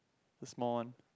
the small one